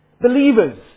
Believers